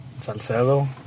Salcedo